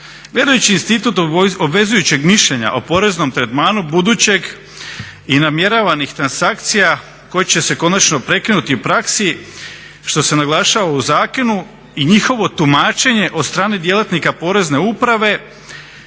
Gledajući institut obvezujućeg mišljenja o poreznom tretmanu budućeg i namjeravanih transakcije koje će se konačno prekinuti u praksi, što se naglašava u zakonu i njihovo tumačenje od strane djelatnika Porezne uprave